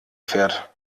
fährt